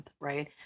right